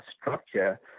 structure